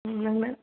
ꯎꯝ ꯅꯪ ꯅꯪ